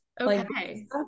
Okay